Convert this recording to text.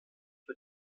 für